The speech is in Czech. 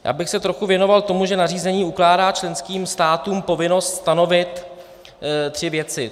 Já bych se trochu věnoval tomu, že nařízení ukládá členským státům povinnost stanovit tři věci: